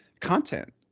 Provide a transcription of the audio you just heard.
content